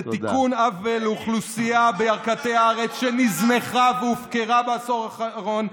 זה תיקון עוול לאוכלוסייה בירכתי הארץ שנזנחה והופקרה בעשור האחרון.